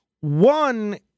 One